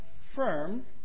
firm